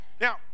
Now